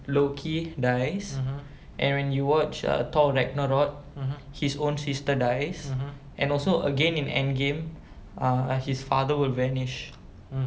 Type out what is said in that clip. loki dies and when you watch err thor ragnarok his own sister dies and also again in endgame err his father would vanish